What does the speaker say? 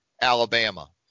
Alabama